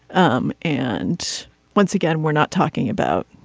um and once again we're not talking about.